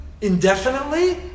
indefinitely